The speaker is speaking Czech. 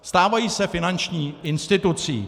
Stávají se finanční institucí.